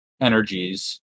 energies